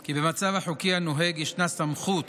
כי במצב החוקי הנוהג ישנה סמכות